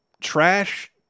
trash